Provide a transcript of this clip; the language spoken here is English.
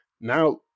now